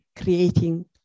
creating